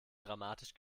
dramatisch